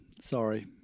sorry